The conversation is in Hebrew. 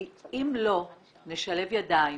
כי אם לא נשלב ידיים